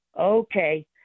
Okay